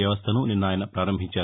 వ్యవస్థను నిన్న ఆయన ప్రారంభించారు